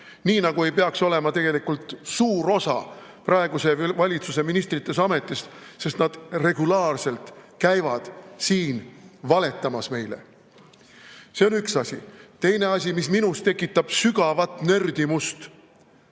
Nii nagu ei peaks olema tegelikult suur osa praeguse valitsuse ministritest ametis, sest nad regulaarselt käivad siin meile valetamas. See on üks asi. Teine asi, mis minus tekitab sügavat nördimust